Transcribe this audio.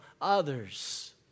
others